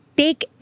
take